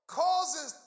causes